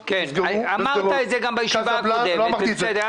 אמרת את זה גם בישיבה הקודמת.